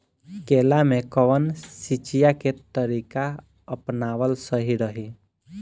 केला में कवन सिचीया के तरिका अपनावल सही रही?